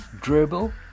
dribble